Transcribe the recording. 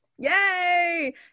Yay